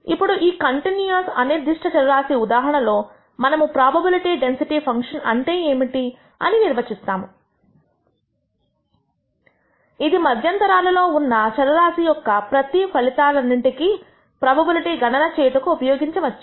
ఇప్పుడు ఈ కంటిన్యూయస్ అనిర్దిష్ట చర రాశి ఉదాహరణలో మనము ప్రోబబిలిటీ డెన్సిటీ ఫంక్షన్ అంటే ఏమిటి అని నిర్వచిస్తాము ఇది మద్యంతరాలలో ఉన్నా చర రాశి యొక్క ప్రతి ఫలితాలన్నింటికి ప్రోబబిలిటీ గణన చేయుటకు ఉపయోగించవచ్చు